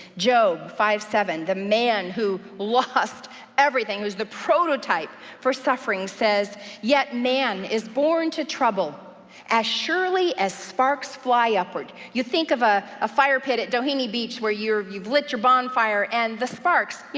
job five seven, the man who lost everything, who's the prototype for suffering says yet man is born to trouble as surely as sparks fly upward. you think of a ah fire pit at doheny beach where you've lit your bonfire, and the sparks, you